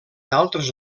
altres